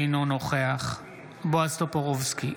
אינו נוכח בועז טופורובסקי,